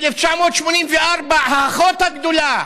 1984, האחות הגדולה.